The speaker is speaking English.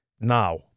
Now